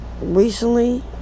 recently